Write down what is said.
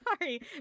sorry